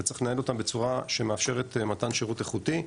וצריך לנהל אותם בצורה שמאפשרת מתן שירות איכותי.